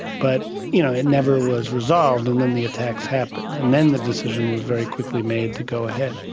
but you know it never was resolved, and then the attacks happened, and then the decision was very quickly made to go ahead.